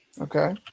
Okay